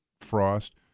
Frost